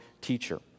teacher